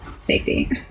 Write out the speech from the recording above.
safety